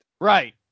Right